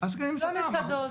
כן,